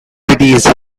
diabetes